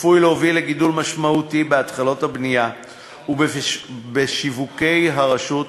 צפויה להוביל לגידול משמעותי בהתחלות הבנייה ובשיווקי הרשות,